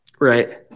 right